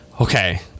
Okay